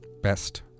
Best